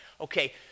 Okay